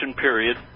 period